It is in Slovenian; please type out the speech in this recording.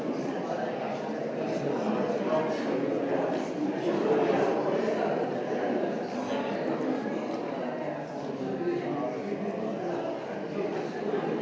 Hvala